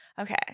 Okay